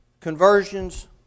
conversions